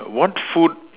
what food